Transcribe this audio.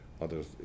others